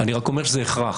אני רק אומר שזה הכרח.